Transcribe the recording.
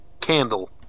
Candle